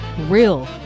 real